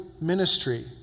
ministry